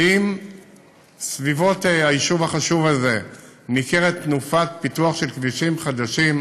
האם סביב היישוב החשוב הזה ניכרת תנופת פיתוח של כבישים חדשים,